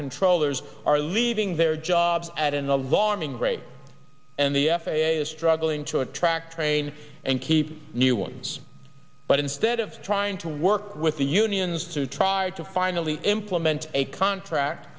controllers are leaving their jobs at an alarming rate and the f a a is struggling to attract train and keep new ones but instead of trying to work with the unions to try to finally implement a contract